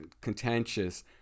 contentious